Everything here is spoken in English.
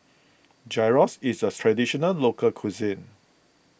Gyros is a Traditional Local Cuisine